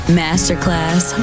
masterclass